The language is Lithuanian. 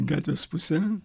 gatvės pusę